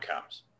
comes